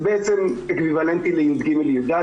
זה בעצם אקוויוולנטי ל-יג'-יד',